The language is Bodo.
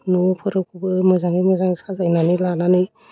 न'फोरखौबो मोजाङै मोजां साजायनानै लानानै